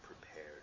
prepared